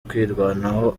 kwirwanaho